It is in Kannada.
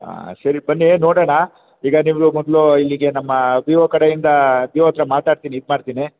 ಸರಿ ಬನ್ನಿ ನೋಡೋಣ ಈಗ ನಿಮ್ಮದು ಮೊದಲು ಇಲ್ಲಿಗೆ ನಮ್ಮ ಬಿ ಓ ಕಡೆಯಿಂದ ಬಿ ಓ ಹತ್ತಿರ ಮಾತಾಡ್ತೀನಿ ಇದು ಮಾಡ್ತೀನಿ